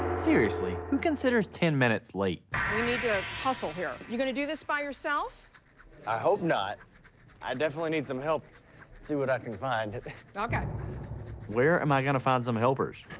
seriously who considers ten minutes late we need to hustle here you gonna do this by yourself i hope not i definitely need some help see what i can find okay where am i gonna find some helpers